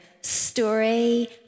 story